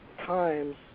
times